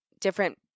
different